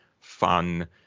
fun